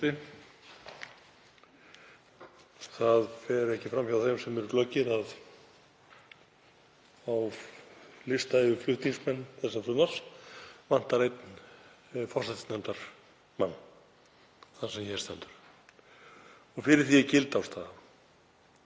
Það fer ekki fram hjá þeim sem eru glöggir að á lista yfir flutningsmenn þessa frumvarps vantar einn forsætisnefndarmann, þann sem hér stendur, og fyrir því er gild ástæða.